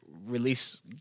Release